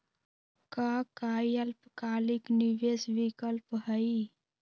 का काई अल्पकालिक निवेस विकल्प हई?